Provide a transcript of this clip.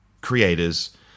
creators